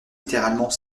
littéralement